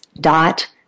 dot